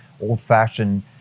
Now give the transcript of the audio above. old-fashioned